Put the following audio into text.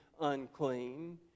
unclean